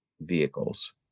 vehicles